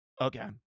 Okay